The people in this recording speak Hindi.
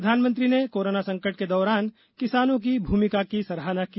प्रधानमंत्री ने कोराना संकट के दौरान किसानों की भूमिका की सराहना की